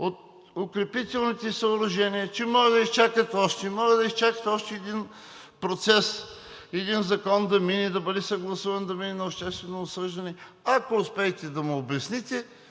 от укрепителните съоръжения, че могат да изчакат още, могат да изчакат още един процес – един закон да мине, да бъде съгласуван, да мине на обществено обсъждане. Ако успеете да му обясните